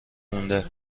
مونده